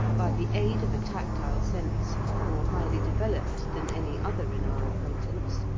by the aid of a tactile sense more highly developed than any other in our acquaintance,